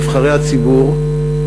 נבחרי הציבור,